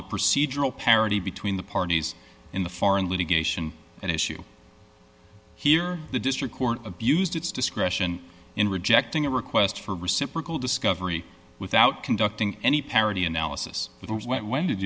the procedural parity between the parties in the foreign litigation and issue here the district court abused its discretion in rejecting a request for reciprocal discovery without conducting any parity analysis w